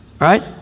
Right